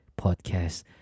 podcast